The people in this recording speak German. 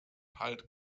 halt